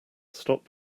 stop